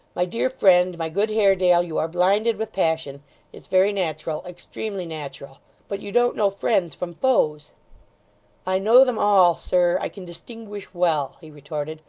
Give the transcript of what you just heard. my dear friend, my good haredale, you are blinded with passion it's very natural, extremely natural but you don't know friends from foes i know them all, sir, i can distinguish well he retorted,